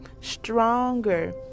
stronger